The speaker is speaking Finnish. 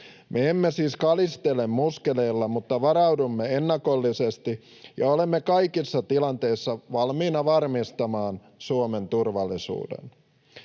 Me emme siis kalistele muskeleilla, mutta varaudumme ennakollisesti ja olemme kaikissa tilanteissa valmiina varmistamaan Suomen turvallisuuden.